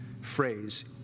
phrase